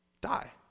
die